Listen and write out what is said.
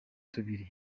tubiri